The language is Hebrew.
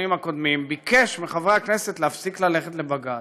הקודמים ביקש מחברי הכנסת להפסיק ללכת לבג"ץ.